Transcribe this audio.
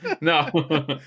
No